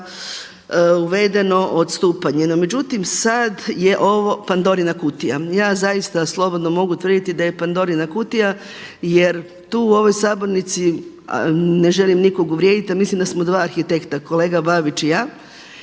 uvedeno odstupanje. No međutim, sad je ovo Pandorina kutija jer tu u ovoj sabornici, ne želim nikog uvrijediti, mislim da smo dva arhitekta kolega Babić i ja.